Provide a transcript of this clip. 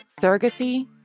surrogacy